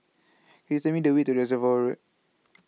IS Tell Me The Way to Reservoir Road